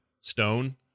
stone